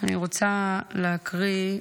אני רוצה להקריא,